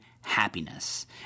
happiness